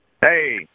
Hey